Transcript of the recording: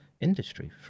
industry